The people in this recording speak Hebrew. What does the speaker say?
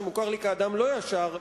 שמוכר לי כאדם לא ישר,